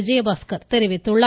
விஜயபாஸ்கர் தெரிவித்துள்ளார்